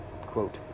Quote